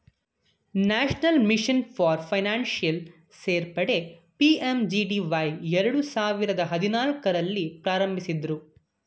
national mission for financial ಸೇರ್ಪಡೆ PMJDY ಎರಡು ಸಾವಿರದ ಹದಿನಾಲ್ಕು ರಲ್ಲಿ ಪ್ರಾರಂಭಿಸಿದ್ದ್ರು